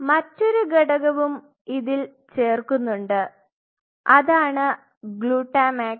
മറ്റൊരു ഘടകവും ഇതിൽ ചേർക്കുന്നുണ്ട് അതാണ് ഗ്ലുട്ടാമാക്സ്